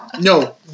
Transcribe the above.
No